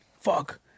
fuck